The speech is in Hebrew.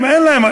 להישאר?